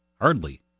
Hardly